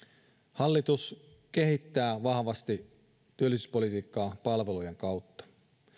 hallitus kehittää vahvasti työllisyyspolitiikkaa palvelujen kautta